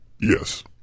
Yes